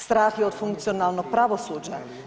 Strah od funkcionalnog pravosuđa.